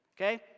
Okay